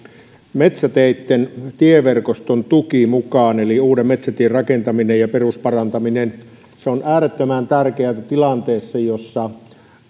metsäteitten tieverkoston tuki mukaan eli uuden metsätien rakentaminen ja perusparantaminen se on äärettömän tärkeätä tilanteessa jossa